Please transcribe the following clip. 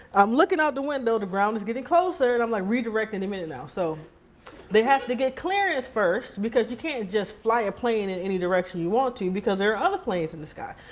i'm looking out the window, the ground is getting closer. and i'm like redirect any minute now. so they have to get clearance first because you can't just fly a plane in any direction you want to because there are other plans in the sky.